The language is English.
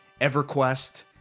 EverQuest